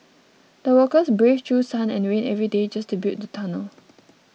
the workers braved through sun and rain every day just to build the tunnel